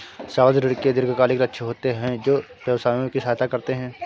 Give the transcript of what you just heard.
सावधि ऋण के दीर्घकालिक लक्ष्य होते हैं जो व्यवसायों की सहायता करते हैं